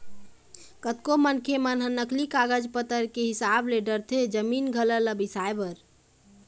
कतको मनखे मन ह नकली कागज पतर के हिसाब ले डरथे जमीन जघा ल बिसाए बर